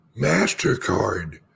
MasterCard